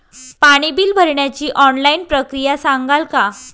पाणी बिल भरण्याची ऑनलाईन प्रक्रिया सांगाल का?